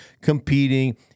competing